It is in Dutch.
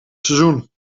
seizoen